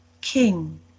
King